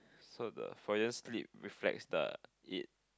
so the for you sleep reflects the it